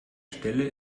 stelle